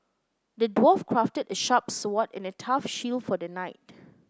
the dwarf crafted a sharp sword and a tough shield for the knight